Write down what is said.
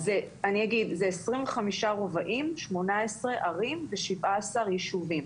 אני אגיד, זה 25 רובעים, 18 ערים ו-17 יישובים.